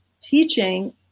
teaching